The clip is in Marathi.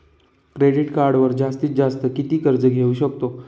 क्रेडिट कार्डवर जास्तीत जास्त किती कर्ज घेऊ शकतो?